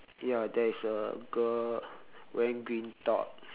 ya there is a girl wearing green top